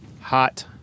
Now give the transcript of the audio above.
Hot